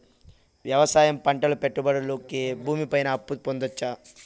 వ్యవసాయం పంటల పెట్టుబడులు కి భూమి పైన అప్పు పొందొచ్చా?